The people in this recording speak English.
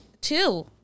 Two